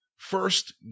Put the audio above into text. first